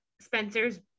Spencer's